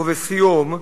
ובסיום,